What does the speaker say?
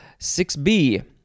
6b